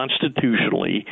constitutionally